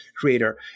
creator